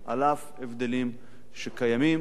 על אף הבדלים שקיימים,